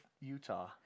Utah